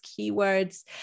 keywords